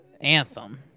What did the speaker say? anthem